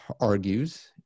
argues